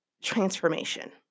transformation